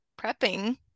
prepping